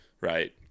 right